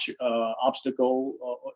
obstacle